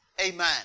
Amen